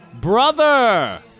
brother